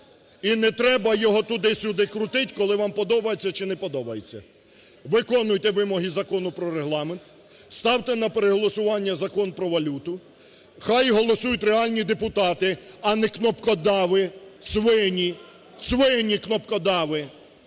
І не треба його туди-сюди крутить, коли вам подобається чи не подобається. Виконуйте вимоги Закону про Регламент, ставте на переголосування Закон про валюту. Хай голосують реальні депутати, а не кнопкодави, свині – свині-кнопкодави,